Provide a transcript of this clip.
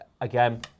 again